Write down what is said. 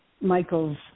Michael's